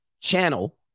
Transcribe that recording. channel